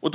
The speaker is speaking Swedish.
Fru talman!